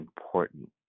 important